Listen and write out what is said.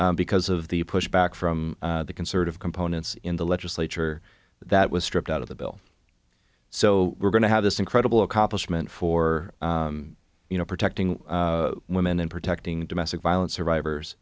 because of the pushback from the conservative components in the legislature that was stripped out of the bill so we're going to have this incredible accomplishment for you know protecting women and protecting domestic violence survivors